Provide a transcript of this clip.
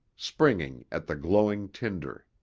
springing at the glowing tinder.